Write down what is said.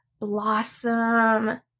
blossom